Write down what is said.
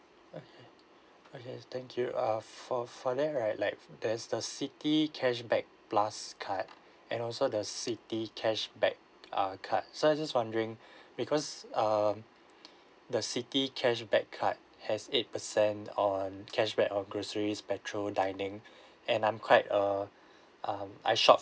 okay uh yes thank you err for for that right like there's the citi cashback plus card and also the citi cashback uh card so I just wondering because um the citi cashback card has eight percent on cashback on groceries petrol dining and I'm quite err um I shop